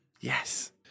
Yes